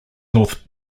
north